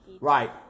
Right